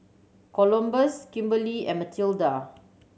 Columbus Kimberli and Matilda